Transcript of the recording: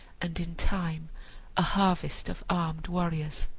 and in time a harvest of armed warriors.